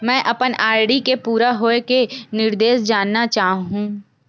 मैं अपन आर.डी के पूरा होये के निर्देश जानना चाहहु